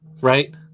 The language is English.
Right